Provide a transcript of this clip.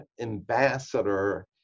ambassador